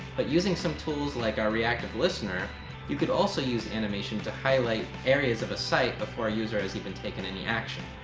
but using some tools like our reactive listener you can also use animation to highlight areas of a site before a user has even taking any action.